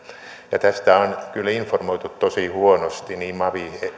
ja tästä on kyllä informoitu tosi huonosti niin mavi